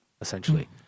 essentially